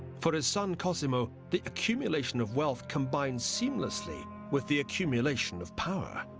for his son cosimo, the accumulation of wealth combined seamlessly with the accumulation of power.